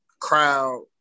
crowd